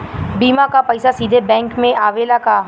बीमा क पैसा सीधे बैंक में आवेला का?